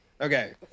Okay